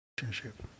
relationship